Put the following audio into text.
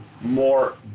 more